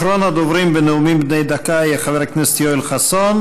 אחרון הדוברים בנאומים בני דקה יהיה חבר הכנסת יואל חסון.